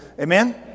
Amen